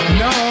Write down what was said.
no